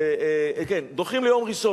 כן, דוחים ליום ראשון.